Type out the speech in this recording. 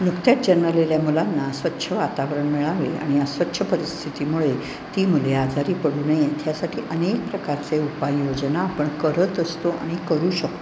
नुकत्याच जन्मलेल्या मुलांना स्वच्छ वातावरण मिळावे आणि अस्वच्छ परिस्थितीमुळे ती मुले आजारी पडू नयेत ह्यासाठी अनेक प्रकारचे उपाय योजना आपण करत असतो आणि करू शकतो